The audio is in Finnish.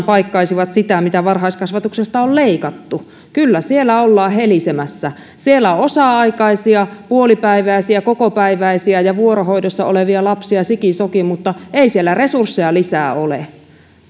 paikkaisivat sitä mitä varhaiskasvatuksesta on leikattu kyllä siellä ollaan helisemässä siellä on osa aikaisia puolipäiväisiä kokopäiväisiä ja vuorohoidossa olevia lapsia sikin sokin mutta ei siellä resursseja lisää ole